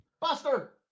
Buster